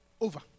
over